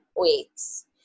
weeks